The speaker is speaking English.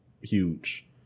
huge